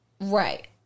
Right